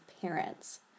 parents